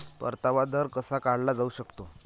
परतावा दर कसा काढला जाऊ शकतो?